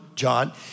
John